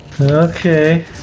Okay